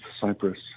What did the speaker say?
Cyprus